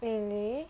really